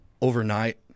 overnight